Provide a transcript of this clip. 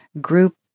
group